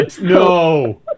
No